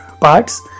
parts